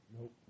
Nope